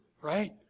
right